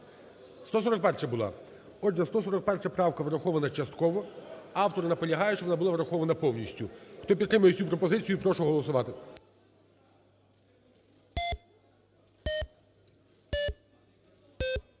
141-а була. Отже, 141 правка врахована частково, автори наполягають, щоб вона була врахована повністю. Хто підтримує цю пропозицію, прошу голосувати.